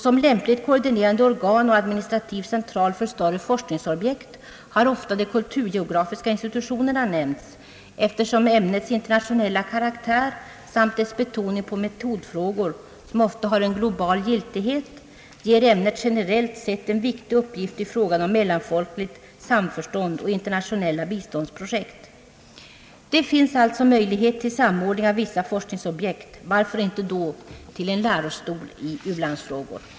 Som lämpligt koordinerande organ och administrativ central för större forskningsobjekt har de kulturgeografiska = institutionerna <:+ofta nämnts, eftersom ämnets internationella karaktär samt dess betoning av metodfrågor som ofta har en global giltighet ger ämnet generellt sett en viktig uppgift i fråga om mellanfolkligt samförstånd och internationella biståndsprojekt. Det finns alltså möjlighet till samordning av vissa forskningsobjekt. Varför inte då till en lärostol i u-landsfrågor?